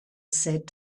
said